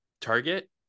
target